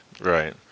Right